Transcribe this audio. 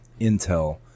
Intel